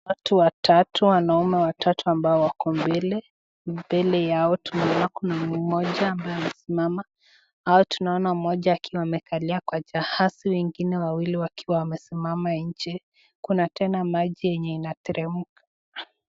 Watu watatu wanaume ambayo wako mbele, mbele yao tunaona moja akiwa amekalia kwa jahazi, wengine wawili wakiwa wamesimama, tena maji enye inateremka.